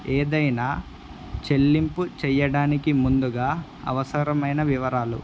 ఏదైనా చెల్లింపు చేయడానికి ముందుగా అవసరమైన వివరాలు